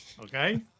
okay